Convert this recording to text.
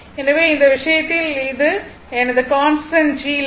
எனவே இந்த விஷயத்தில் இது எனது கான்ஸ்டன்ட் G லைன்